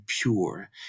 pure